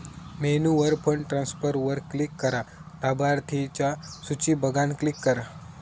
मेन्यूवर फंड ट्रांसफरवर क्लिक करा, लाभार्थिंच्या सुची बघान क्लिक करा